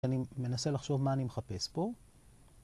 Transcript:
אני מנסה לחשוב מה אני מחפש פה.